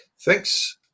Thanks